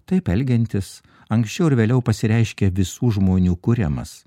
taip elgiantis anksčiau ar vėliau pasireiškia visų žmonių kuriamas